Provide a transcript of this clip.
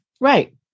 Right